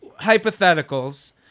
hypotheticals